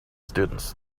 students